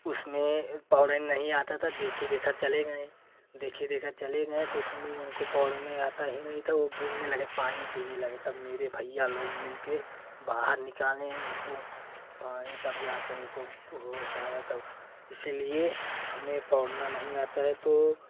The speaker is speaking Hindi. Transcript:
उसमें पौड़े नहीं आता था देखा देखी चले गए देखा देखी चले गए तो उस में उनको पौड़ने आता ही नहीं था वो बूड़ने लगे पानी पीने लगे तब मेरे भैया लोग मिल कर बाहर निकाले उनको पानी तब जा कर उनको होश आया तब इसी लिए हमें पौड़ना नहीं आता है तो